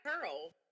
Pearl